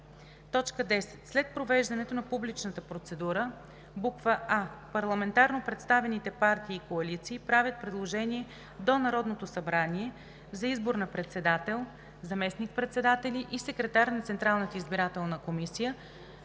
10. След провеждането на публичната процедура: а) парламентарно представените партии и коалиции правят предложение до Народното събрание за избор на председател, заместник-председатели и секретар на Централната избирателна комисия